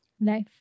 Life